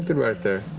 but right there.